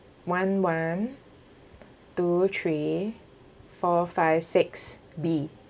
one one two three four five six B